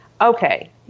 okay